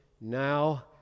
now